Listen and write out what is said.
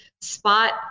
spot